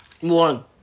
One